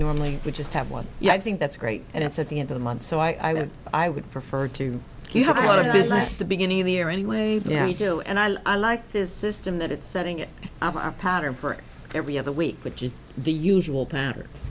normally would just have one thing that's great and it's at the end of the month so i don't i would prefer to you have a lot of business at the beginning of the year any way you do and i like this system that it's setting a pattern for every other week which is the usual pattern